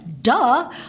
Duh